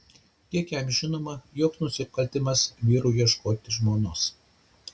kiek jam žinoma joks nusikaltimas vyrui ieškoti žmonos